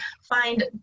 find